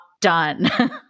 done